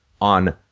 on